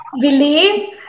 Believe